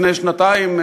לפני שנתיים,